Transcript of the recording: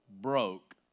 broke